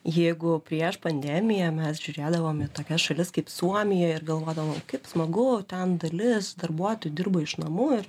jeigu prieš pandemiją mes žiūrėdavom į tokias šalis kaip suomija ir galvodavom kaip smagu ten dalis darbuotojų dirba iš namų ir